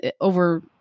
over